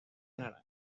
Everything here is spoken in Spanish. naranja